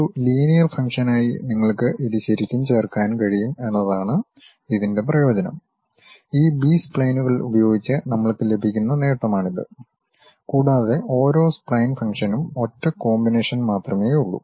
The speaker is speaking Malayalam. ഒരു ലീനിയർ ഫംഗ്ഷനായി നിങ്ങൾക്ക് ഇത് ശരിക്കും ചേർക്കാൻ കഴിയും എന്നതാണ് ഇതിന്റെ പ്രയോജനം ഈ ബി സ്പ്ലൈനുകൾ ഉപയോഗിച്ച് നമ്മൾക്ക് ലഭിക്കുന്ന നേട്ടമാണിത് കൂടാതെ ഓരോ സ്പ്ലൈൻ ഫംഗ്ഷനും ഒറ്റ കോമ്പിനേഷൻ മാത്രമേയുള്ളൂ